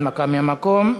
הנמקה מהמקום,